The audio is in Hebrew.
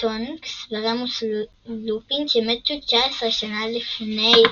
טונקס ורמוס לופין שמתו 19 שנה לפני,